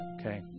Okay